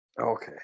Okay